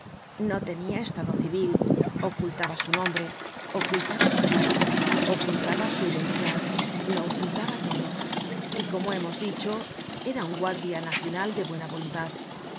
no tenia estado civil ocultaba su nombre ocultaba su edad ocultaba su identidad lo ocultaba todo y como hemos dicho era un guardia nacional de buena voluntad